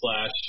slash